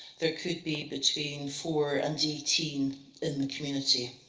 there could be between four and eighteen in the community.